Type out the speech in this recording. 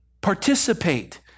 Participate